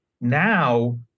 now